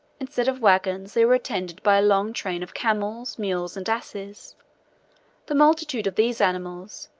instead of wagons, they were attended by a long train of camels, mules, and asses the multitude of these animals,